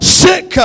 sick